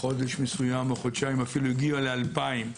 אפילו הגיע לאלפיים.